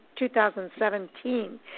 2017